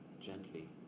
gently